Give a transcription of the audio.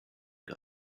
gun